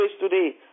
today